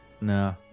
No